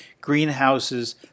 greenhouses